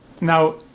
now